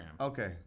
Okay